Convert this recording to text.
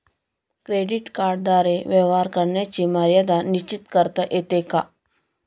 Credit कार्डद्वारे व्यवहार करण्याची मर्यादा निश्चित करता येते का?